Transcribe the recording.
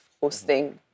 hosting